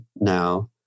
now